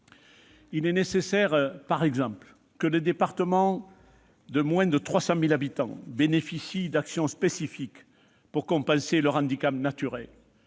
il est nécessaire que les départements de moins de 300 000 habitants bénéficient d'actions spécifiques pour compenser leurs handicaps naturels